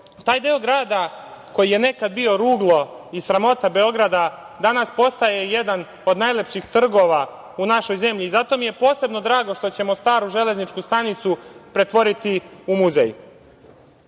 Taj grada koji je nekad bio ruglo i sramota Beograda, danas postaje jedan od najlepših trgova u našoj zemlji. Zato mi je posebno drago zato što ćemo staru železničku stanicu pretvoriti u muzej. Mi